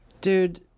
Dude